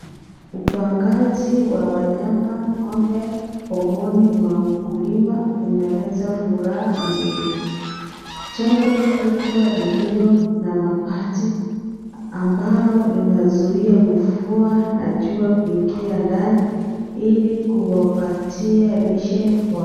Upangaji wa wanyama ngombe, pomoni mwa mkulima umeleta furaha mzuri, jengo kubwa lililo na mabati ambalo linazuia jua na mvua kuingia ndani ili kuwapatia lishe bora.